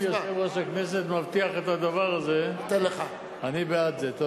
אם יושב-ראש הכנסת מבטיח את הדבר הזה, אני בעד זה.